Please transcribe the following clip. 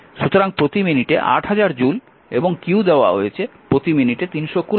সুতরাং প্রতি মিনিটে 8000 জুল এবং q দেওয়া হয়েছে প্রতি মিনিটে 300 কুলম্ব